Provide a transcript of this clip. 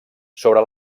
sobre